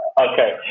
okay